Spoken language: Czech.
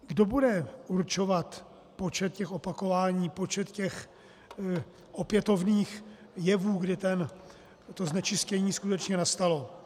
Kdo bude určovat počet těch opakování, počet těch opětovných jevů, kdy to znečištění skutečně nastalo?